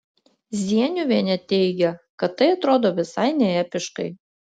zieniuvienė teigia kad tai atrodo visai neepiškai